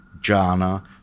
Jana